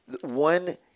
one